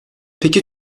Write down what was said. peki